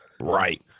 Right